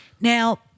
Now